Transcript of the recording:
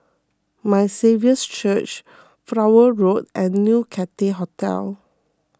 My Saviour's Church Flower Road and New Cathay Hotel